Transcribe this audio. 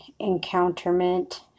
Encounterment